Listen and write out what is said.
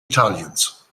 italiens